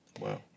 Wow